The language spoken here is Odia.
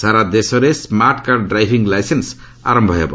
ସାରା ଦେଶରେ ସ୍କାର୍ଟକାର୍ଡ ଡ୍ରାଇଭିଂ ଲାଇସେନ୍ସ ଆରମ୍ଭ କରାଯିବ